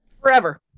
forever